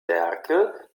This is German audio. werke